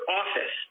office